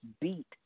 beat